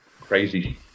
crazy